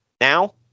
Now